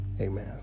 Amen